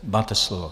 Máte slovo.